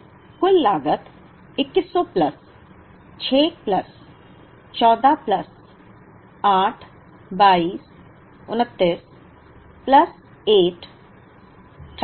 तो कुल लागत 2100 प्लस 6 प्लस 14 प्लस 8 22 29 प्लस 8